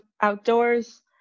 outdoors